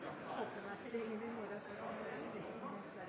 var det på ingen